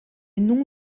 nom